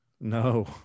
No